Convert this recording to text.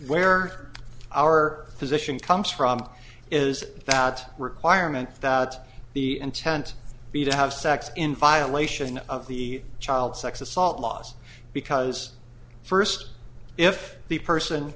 where our position comes from is that requirement that the intent be to have sex in violation of the child sex assault laws because first if the person